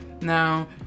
now